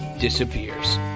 disappears